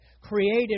created